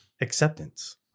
acceptance